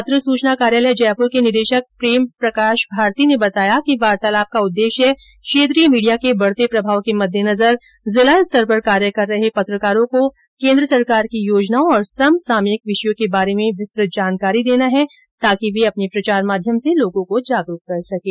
पत्र सूचना कार्यालय जयपुर के निदेशक प्रेम प्रकाश भारती ने बताया कि वार्तालाप का उद्देश्य क्षेत्रीय मीडिया के बढ़ते प्रभाव के मद्देनजर जिला स्तर पर कार्य कर रहे पत्रकारों को केंद्र सरकार की योजनाओं और सम सामयिक विषयों के बारे में विस्तृत जानकारी देना है ताकि वे अपने प्रचार माध्यम से लोगों को जागरूक कर सकें